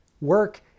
work